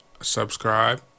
subscribe